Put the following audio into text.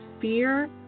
fear